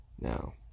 Now